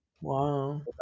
Wow